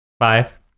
five